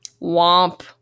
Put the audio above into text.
Womp